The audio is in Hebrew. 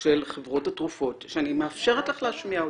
של חברות התרופות, שאני מאפשרת לך להשמיע אותו,